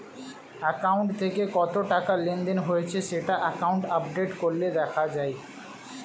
account থেকে কত টাকা লেনদেন হয়েছে সেটা অ্যাকাউন্ট আপডেট করলে দেখা যায়